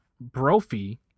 Brophy